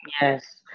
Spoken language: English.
Yes